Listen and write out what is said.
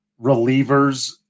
relievers